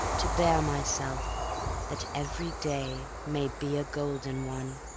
to bear myself that every day may be a golden one.